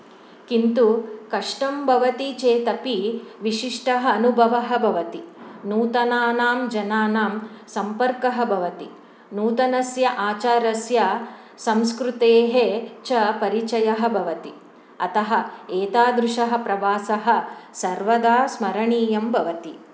किन्तु कष्टं भवति चेत् अपि विशिष्टः अनुभ वः भवति नूतनानां जनानां सम्पर्कः भवति नूतनस्य आचारस्य संस्कृतेः च परिचयः भवति अतः एतादृशः प्रवासः सर्वदा स्मरणीयं भवति